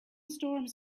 storms